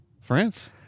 France